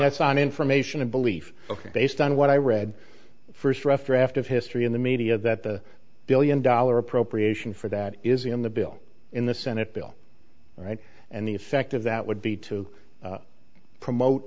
that's on information and belief ok based on what i read first rough draft of history in the media that the billion dollar appropriation for that is in the bill in the senate bill right and the effect of that would be to promote